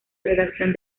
redacción